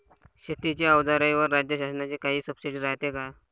शेतीच्या अवजाराईवर राज्य शासनाची काई सबसीडी रायते का?